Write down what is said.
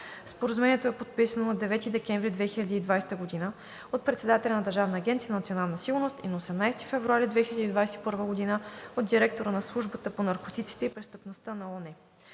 Споразумението е подписано на 9 декември 2020 г. от председателя на Държавна агенция „Национална сигурност“ и на 18 февруари 2021 г. от директора на Службата по наркотиците и престъпността на ООН.